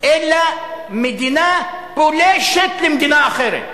אלא מדינה פולשת למדינה אחרת,